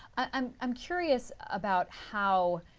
um am curious about how